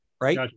right